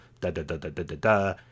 Da-da-da-da-da-da-da